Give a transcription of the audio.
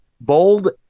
Bold